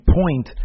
point